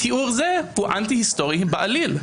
תיאור זה הוא אנטי היסטורי בעליל.